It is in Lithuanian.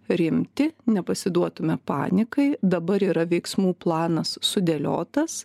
rimtį nepasiduotumėme panikai dabar yra veiksmų planas sudėliotas